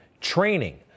Training